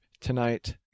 tonight